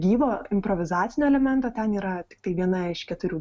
gyvo improvizacinio elemento ten yra tiktai viena iš keturių